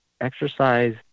exercise